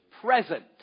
present